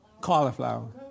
Cauliflower